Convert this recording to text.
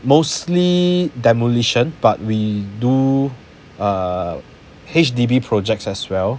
mostly demolition but we do err H_D_B projects as well